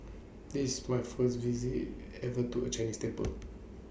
this is my first visit ever to A Chinese temple